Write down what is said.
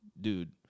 dude